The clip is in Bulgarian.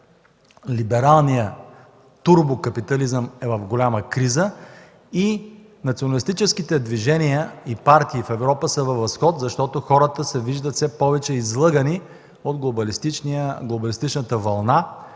либералният турбокапитализъм е в голяма криза и националистическите движения и партии в Европа са във възход, защото хората се виждат все повече излъгани от глобалистичната вълна,